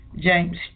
James